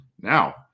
Now